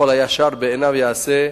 ואיש הישר בעיניו יעשה,